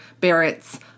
Barrett's